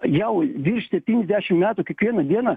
jau virš septyniasdešim metų kiekvieną dieną